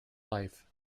life